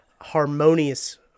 harmonious